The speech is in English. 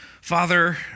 Father